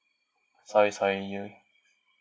sorry sorry you